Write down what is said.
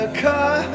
Car